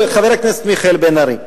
חבר הכנסת מיכאל בן-ארי,